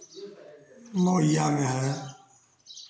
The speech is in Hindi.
मोहइया में है